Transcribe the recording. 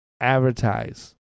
advertise